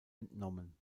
entnommen